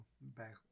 Back